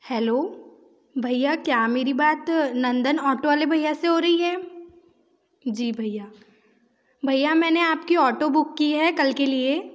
hello भैया क्या मेरी बात नन्दन ऑटो वाले भैया से हो रही है जी भैया भैया मैंने आपकी ऑटो बुक की है कल के लिए